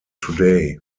today